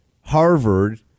Harvard